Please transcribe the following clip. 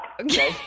Okay